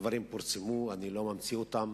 הדברים פורסמו, אני לא ממציא אותם,